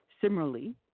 Similarly